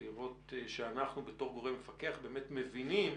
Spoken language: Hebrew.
לרות שאנחנו בתור גורם מפקח באמת מבינים